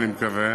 אני מקווה,